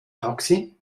taxi